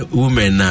women